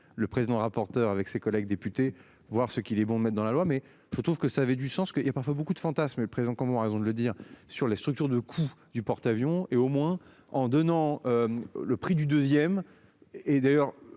le président rapporteur avec ses collègues députés, voir ce qu'il est bon maître dans la loi, mais je trouve que ça avait du sens qu'il a parfois beaucoup de fantasmes présent comme on a raison de le dire sur les structures de coûts. Du porte-avions et au moins en donnant. Le prix du deuxième et d'ailleurs